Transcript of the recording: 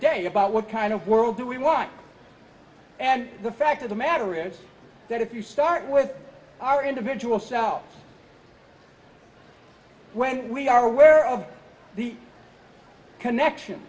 day about what kind of world do we want and the fact of the matter is that if you start with our individual selves when we are aware of the connection